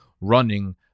running